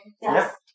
Yes